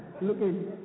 looking